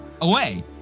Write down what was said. away